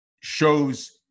shows